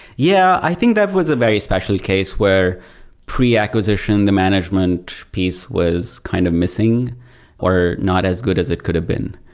yeah, i think that was a very special case, where pre-acquisition, the management piece was kind of missing or not as good as it could have been.